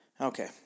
Okay